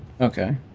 Okay